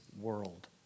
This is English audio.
world